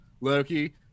Loki